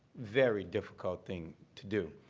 very difficult thing to do.